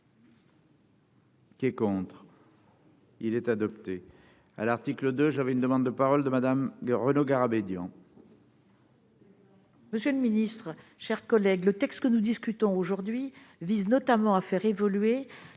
Qui est contre. Il est adopté